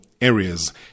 areas